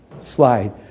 slide